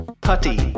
Putty